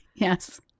Yes